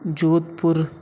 Jodhpur